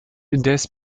indes